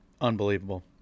unbelievable